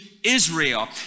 Israel